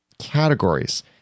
categories